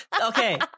okay